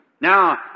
Now